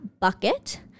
bucket